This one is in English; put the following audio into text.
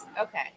okay